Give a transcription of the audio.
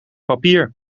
papier